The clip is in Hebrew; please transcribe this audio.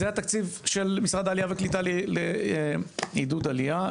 זה התקציב של משרד העלייה והקליטה לעידוד עלייה.